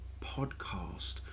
podcast